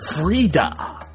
Frida